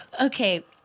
Okay